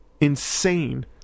Insane